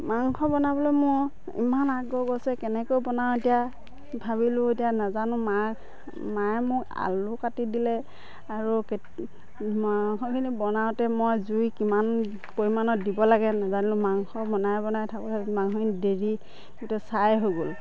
মাংস বনাবলৈ মই ইমান আগ্ৰহ গৈছে কেনেকৈ বনাওঁ এতিয়া ভাবিলোঁ এতিয়া নাজানো মা মায়ে মোক আলু কাটি দিলে আৰু কেত মাংসখিনি বনাওঁতে মই জুই কিমান পৰিমাণৰ দিব লাগে নেজানিলোঁ মাংস বনাই বনাই থাকোঁতে মাংসখিনি ডেৰি গোটেই ছাই হৈ গ'ল